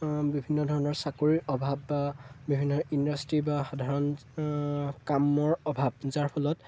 বিভিন্ন ধৰণৰ চাকৰিৰ অভাৱ বা বিভিন্ন ইণ্ডাষ্ট্ৰী বা সাধাৰণ কামৰ অভাৱ যাৰ ফলত